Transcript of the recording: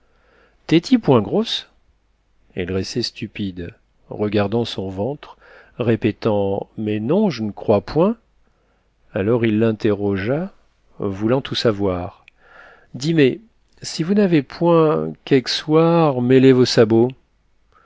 tes ti point grosse elle restait stupide regardant son ventre répétant mais non je n crois point alors il l'interrogea voulant tout savoir dis mé si vous n'avez point quéque soir mêlé vos sabots